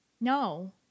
No